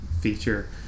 feature